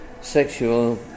sexual